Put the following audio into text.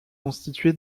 constitué